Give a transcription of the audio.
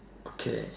okay